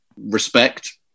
respect